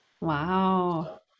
Wow